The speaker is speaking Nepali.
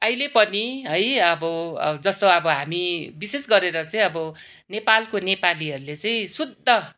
अहिले पनि है अब अब जस्तो अब हामी विशेष गरेर चाहिँ अब नेपालको नेपालीहरूले चाहिँ शुद्ध